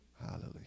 Hallelujah